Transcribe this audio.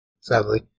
Sadly